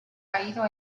caído